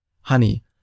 Honey